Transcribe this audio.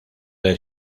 del